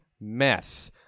mess